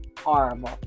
horrible